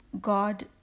God